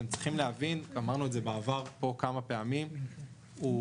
אתם צריכים להבין ואמרנו את זה בעבר כמה פעמים הוא